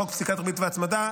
חוק פסיקת ריבית והצמדה,